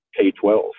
K-12